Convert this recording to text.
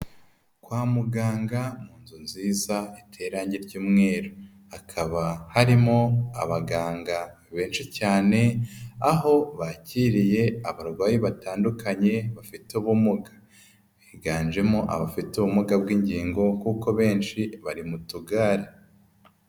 Kwa muganga, mu nzu nziza iteye irange ry'umweru, hakaba harimo abaganga benshi cyane, aho bakiriye abarwayi batandukanye bafite ubumuga. Higanjemo abafite ubumuga bw'ingingo kuko benshi bari mu tugare.